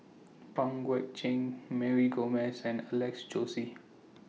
Pang Guek Cheng Mary Gomes and Alex Josey